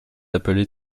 appelées